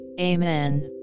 Amen